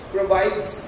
provides